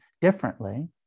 differently